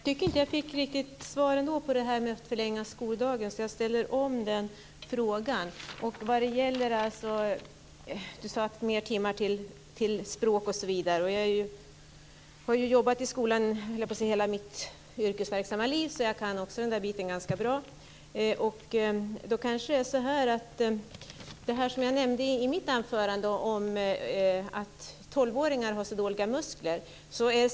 Fru talman! Jag tyckte inte att jag fick något svar på min fråga om en förlängning av skoldagen, så den frågan kvarstår. Lars Wegendal talade om fler timmar för språkundervisning. Jag har jobbat i skolan under hela mitt yrkesverksamma liv, så jag kan den biten ganska bra. Jag sade i mitt anförande att 12-åringar har dåliga muskler.